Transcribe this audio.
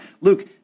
Luke